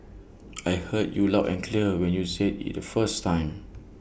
I heard you loud and clear when you said IT the first time